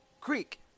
creek